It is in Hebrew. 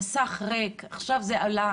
המסך היה ריק ועכשיו עלה.